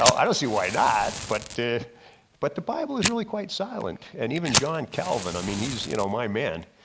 i don't see why not? but did but the bible is really quite silent and even john calvin i mean he's you know my man,